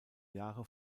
jahre